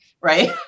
Right